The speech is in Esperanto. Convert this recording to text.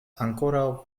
ankoraŭ